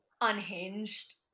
unhinged